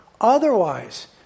Otherwise